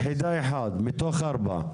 יחידה אחת מתוך ארבע.